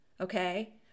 okay